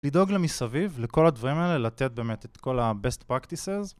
לדאוג למסביב, לכל הדברים האלה, לתת באמת את כל ה-Best Practices